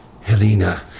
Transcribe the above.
Helena